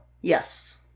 Yes